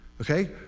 Okay